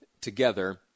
together